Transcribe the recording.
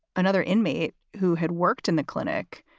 another inmate who had worked in the clinic,